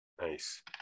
nice